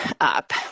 up